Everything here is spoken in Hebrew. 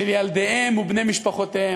מעל ראש ילדיהם ובני משפחותיהם.